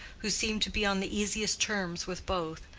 who seemed to be on the easiest terms with both,